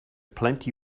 plenty